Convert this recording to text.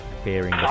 appearing